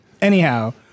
Anyhow